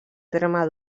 terme